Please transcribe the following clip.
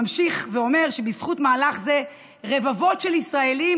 ממשיך ואומר שבזכות מהלך זה רבבות של ישראלים